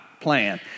plan